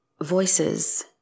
voices